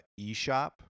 eShop